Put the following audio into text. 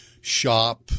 shop